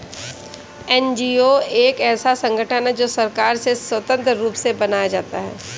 NGO एक ऐसा संगठन है जो सरकार से स्वतंत्र रूप से बनता है